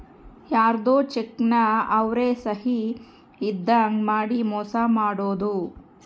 ಯಾರ್ಧೊ ಚೆಕ್ ನ ಅವ್ರ ಸಹಿ ಇದ್ದಂಗ್ ಮಾಡಿ ಮೋಸ ಮಾಡೋದು